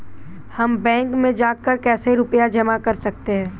हम बैंक में जाकर कैसे रुपया जमा कर सकते हैं?